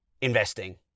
investing